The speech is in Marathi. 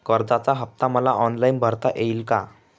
कर्जाचा हफ्ता मला ऑनलाईन भरता येईल का?